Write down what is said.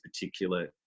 particular